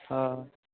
हँ